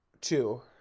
two